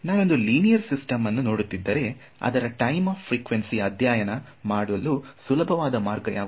ನಾನೊಂದು linear system ಅನ್ನು ನೋಡುತ್ತಿದ್ದರೆ ಇದರ ಟೈಮ್ ಆಫ್ ಫ್ರಿಕ್ವೆನ್ಸಿ ಅನ್ನು ಅಧ್ಯಯನ ಮಾಡಲು ಸುಲಭವಾದ ಮಾರ್ಗ ಯಾವುದು